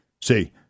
see